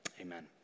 Amen